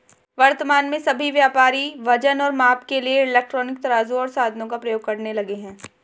वर्तमान में सभी व्यापारी वजन और माप के लिए इलेक्ट्रॉनिक तराजू ओर साधनों का प्रयोग करने लगे हैं